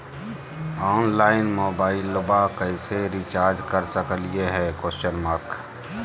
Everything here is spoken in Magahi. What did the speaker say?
ऑनलाइन मोबाइलबा कैसे रिचार्ज कर सकलिए है?